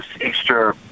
extra